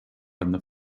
and